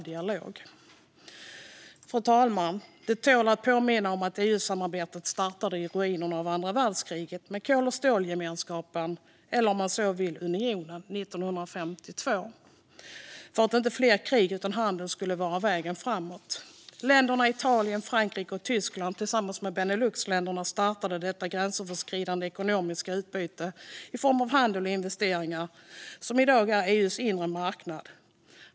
Det tål att påminnas om att EU-samarbetet startade i ruinerna efter andra världskriget med kol och stålgemenskapen - eller, om man så vill, kol och stålunionen - 1952 för att inte fler krig utan handel skulle vara vägen framåt. Italien, Frankrike och Tyskland startade tillsammans med Beneluxländerna det gränsöverskridande ekonomiska utbyte i form av handel och investeringar som i dag är EU:s inre marknad.